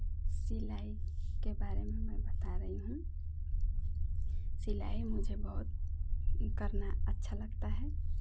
सिलाई के बारे में मैं बता रही हूँ सिलाई मुझे बहुत करना अच्छा लगता है